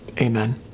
Amen